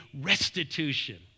restitution